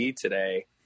today